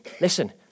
Listen